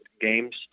games